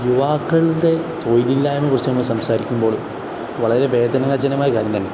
യുവാക്കളുടെ തൊഴിലില്ലായ്മയെ കുറിച്ചു നമ്മൾ സംസാരിക്കുമ്പോൾ വളരെ വേദനാജനകമായ കാര്യം തന്നെ